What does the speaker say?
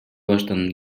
баштан